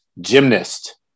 gymnast